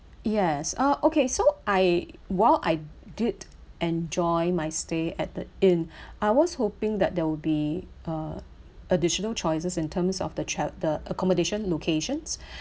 yes uh okay so I while I did enjoy my stay at the inn I was hoping that there will be uh additional choices in terms of the cha~ the accommodation locations